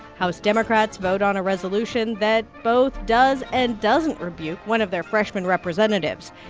house democrats vote on a resolution that both does and doesn't rebuke one of their freshman representatives.